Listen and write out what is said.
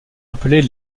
appelés